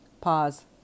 Pause